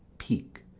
peak,